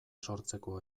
sortzeko